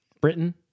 Britain